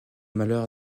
malheur